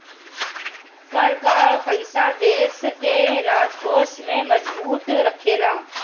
कर कअ पईसा देस के राजकोष के मजबूत रखेला